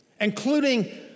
including